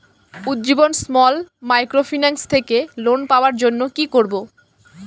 Ujjivan small microfinance থেকে loan পাওয়ার জন্য কি করব?